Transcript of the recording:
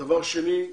דבר שני,